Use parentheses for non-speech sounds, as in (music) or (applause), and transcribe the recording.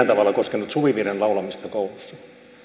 (unintelligible) tavalla koskenut suvivirren laulamista koulussa